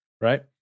right